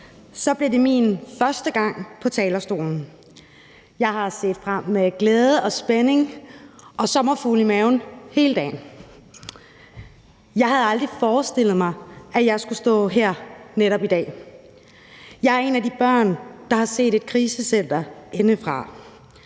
Så blev det min første gang på talerstolen. Jeg har set frem til det med glæde og spænding og sommerfugle i maven hele dagen. Jeg havde aldrig forestillet mig, at jeg skulle stå her netop i dag. Jeg er en af de børn, der har set et krisecenter indefra,